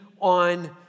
on